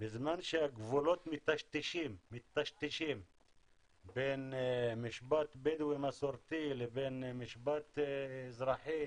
בזמן שהגבולות מיטשטשים בין משפט בדואי מסורתי לבין משפט אזרחי